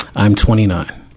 i'm twenty nine.